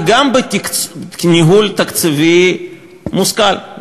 וגם בניהול תקציבי מושכל,